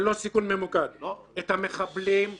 אני פיקדתי על הסיכולים ממוקדים לא אחת ולא שתיים,